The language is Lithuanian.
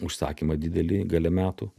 užsakymą didelį gale metų